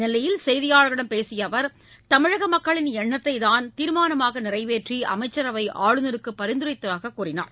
நெல்லையில் செய்தியாளர்களிடம் பேசிய அவர் தமிழக மக்களின் எண்ணத்தைத் தான் தீர்மானமாக நிறைவேற்றி அமைச்சரவை ஆளுநருக்கு பரிந்துரைத்துள்ளதாக கூறினார்